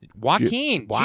Joaquin